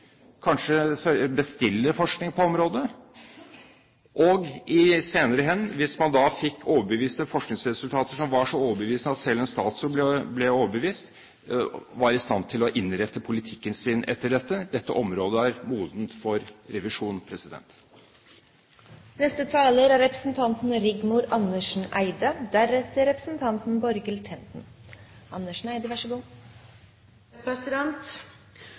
kanskje bestille forskning på området, og senere hen, hvis man da fikk forskningsresultater som var så overbevisende at selv en statsråd ble overbevist, være i stand til å innrette politikken sin etter dette? Dette området er modent for